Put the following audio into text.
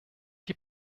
die